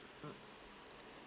mm